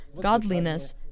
godliness